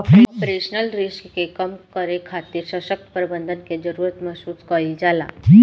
operational risk के कम करे खातिर ससक्त प्रबंधन के जरुरत महसूस कईल जाला